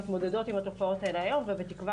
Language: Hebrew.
מתמודדות עם התופעות האלה היום ובתקווה